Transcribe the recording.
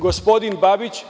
Gospodin Babić…